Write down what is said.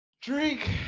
Drink